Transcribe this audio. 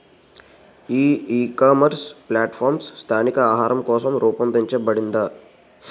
ఈ ecommerce platform స్థానిక ఆహారం కోసం రూపొందించబడిందా?